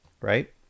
Right